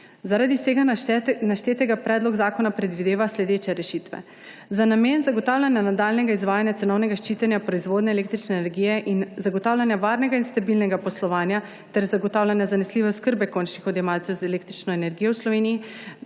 Zaradi vsega naštetega predlog zakona predvideva sledeče rešitve: za namen zagotavljanja nadaljnjega izvajanja cenovnega ščitenja proizvodnje električne energije in zagotavljanja varnega in stabilnega poslovanja ter zagotavljanja zanesljive oskrbe končnih odjemalcev z električno energijo v Sloveniji